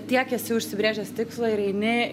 tiek esi užsibrėžęs tikslą ir eini